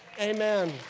Amen